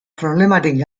problemarik